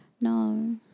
No